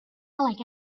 like